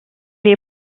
est